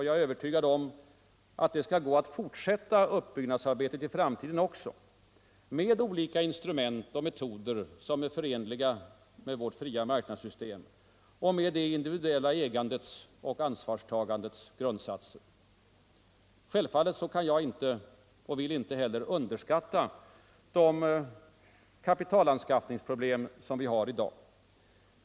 Jag är övertygad om att det skall gå att fortsätta uppbyggnadsarbetet i framtiden också med olika instrument och metoder som är förenliga med vårt fria marknadssystem och med det individuella ägandets och ansvarstagandets principer. Självfallet kan och vill jag inte underskatta de kapitalanskaffningsproblem vi har i dag.